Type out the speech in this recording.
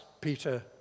Peter